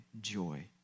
joy